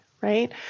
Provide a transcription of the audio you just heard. right